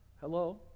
Hello